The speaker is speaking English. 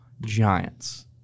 Giants